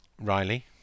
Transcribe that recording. Riley